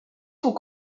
sont